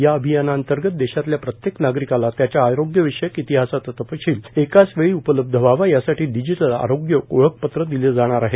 या अभियानाअंतर्गत देशातल्या प्रत्येक नागरिकाला त्याच्या आरोग्याविषयक इतिहासाचा तपशील एकाच वेळी उलपब्ध व्हावा यासाठी डिजीटल आरोग्य ओळखपत्र दिलं जाणार आहे